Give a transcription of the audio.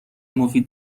مفید